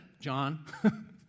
John